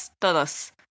todos